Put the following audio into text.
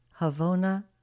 Havona